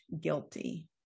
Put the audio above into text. guilty